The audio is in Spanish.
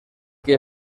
que